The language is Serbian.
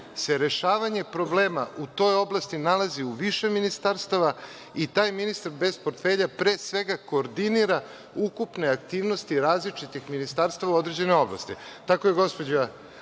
se rešavanje problema u toj oblasti nalazi u više ministarstava i taj ministar bez portfelja pre svega koordinira ukupne aktivnosti različitih ministarstava u određenoj oblasti. Tako je gospođa